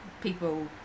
people